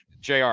JR